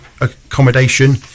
accommodation